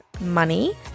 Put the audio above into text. money